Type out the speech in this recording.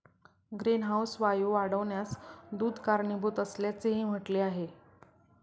greenhouse वायू वाढण्यास दूध कारणीभूत असल्याचेही म्हटले आहे